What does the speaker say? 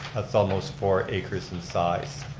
that's almost four acres in size.